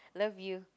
love you